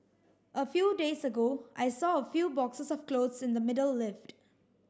a few days ago I saw a few boxes of clothes in the middle lift